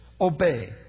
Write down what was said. Obey